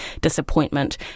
disappointment